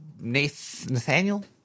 Nathaniel